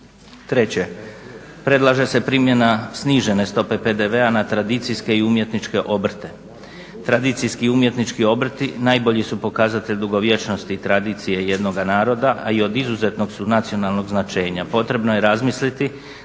Treće, predlaže se primjena snižene stope PDV-a na tradicijske i umjetničke obrte. Tradicijski umjetnički obrti najbolji su pokazatelj dugovječnosti tradicije jednoga naroda a i od izuzetnog su nacionalnog značenja. Potrebno je razmisliti